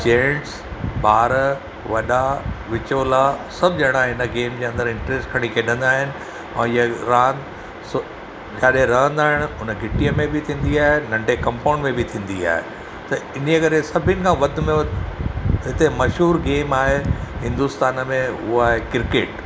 gents ॿार वॾा विचोला सभु ॼणा हिन गेम जे अंदरु इंटरेस्ट खणी खेॾंदा आहिनि ऐं हीअ रांदि सो जाॾे रहंदा आहिनि हुन घिटीअ में बि थींदी आहे नंढे कंपाउंड में बि थींदी आहे त इन्हीअ करे सभिनि खां वधि में वधि हिते मशहूरु गेम आहे हिंदुस्तान में उहो आहे क्रिकेट